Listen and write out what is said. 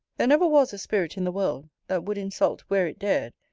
there never was a spirit in the world that would insult where it dared,